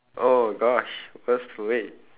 oh gosh worst way